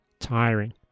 tiring